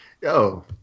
yo